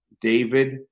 David